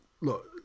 look